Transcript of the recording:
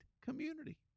community